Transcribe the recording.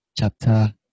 chapter